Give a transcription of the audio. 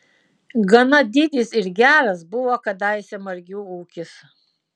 gana didis ir geras buvo kadaise margių ūkis